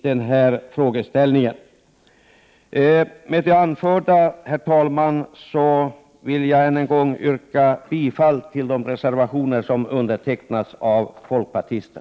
Med det anförda, herr talman, vill jag än en gång yrka bifall till de reservationer som undertecknats av folkpartister.